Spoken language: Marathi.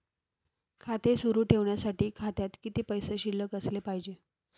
खाते सुरु ठेवण्यासाठी खात्यात किती पैसे शिल्लक असले पाहिजे?